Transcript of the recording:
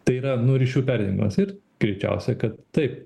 tai yra nu ryšių perėjimas ir greičiausia kad taip